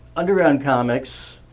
underground comics